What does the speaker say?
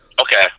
Okay